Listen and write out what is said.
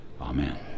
Amen